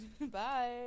Bye